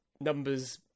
numbers